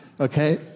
okay